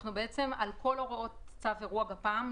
על כל הוראות צו אירוע גפ"מ,